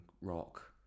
rock